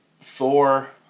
Thor